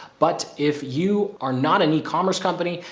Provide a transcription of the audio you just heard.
but if you are not an e-commerce company,